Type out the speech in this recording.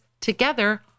together